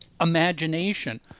imagination